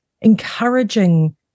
encouraging